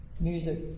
music